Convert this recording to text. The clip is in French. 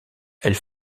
elle